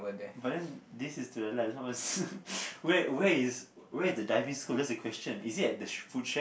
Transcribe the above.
but then this like the where where is where is the driving school is it at the food shack